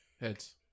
Heads